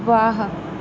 ਵਾਹ